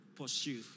pursue